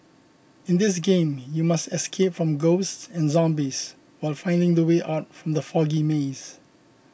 in this game you must escape from ghosts and zombies while finding the way out from the foggy maze